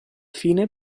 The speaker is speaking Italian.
fine